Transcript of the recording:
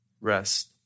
Rest